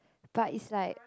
but is like